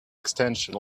extension